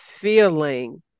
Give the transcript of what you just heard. feeling